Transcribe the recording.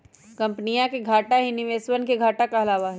कम्पनीया के घाटा ही निवेशवन के घाटा कहलावा हई